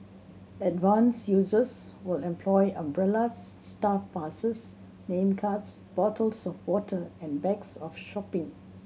advanced users will employ umbrellas staff passes name cards bottles of water and bags of shopping